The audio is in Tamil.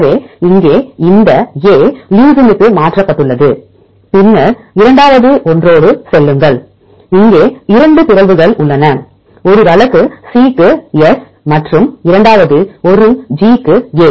எனவே இங்கே இந்த A லியூசினுக்கு மாற்றப்பட்டுள்ளது பின்னர் இரண்டாவது ஒன்றோடு செல்லுங்கள் இங்கே இரண்டு பிறழ்வுகள் உள்ளன ஒரு வழக்கு C க்கு S மற்றும் இரண்டாவது ஒரு G க்கு ஏ